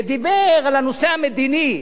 ודיבר על הנושא המדיני.